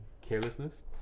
carelessness